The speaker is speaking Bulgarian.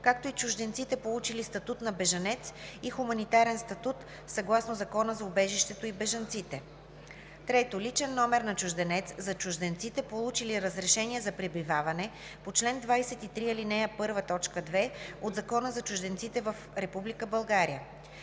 както и чужденците, получили статут на бежанец и хуманитарен статут съгласно Закона за убежището и бежанците; 3. личен номер на чужденец (ЛНЧ) за чужденците, получили разрешение за пребиваване по чл. 23, ал. 1, т. 2 от Закона за чужденците в Република